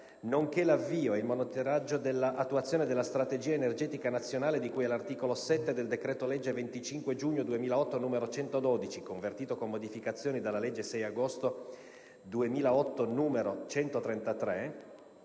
nonché l'avvio e il monitoraggio dell'attuazione della strategia energetica nazionale di cui all'articolo 7 del decreto-legge 25 giugno 2008, n. 112, convertito, con modificazioni, dalla legge 6 agosto 2008, n. 133,